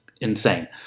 insane